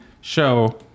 show